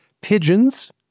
Pigeons